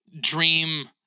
dream